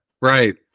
right